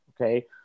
okay